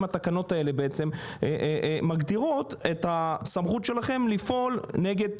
התקנות האלה מגדירות את הסמכות שלכם לפעול נגד